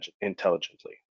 intelligently